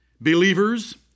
believers